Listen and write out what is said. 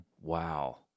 Wow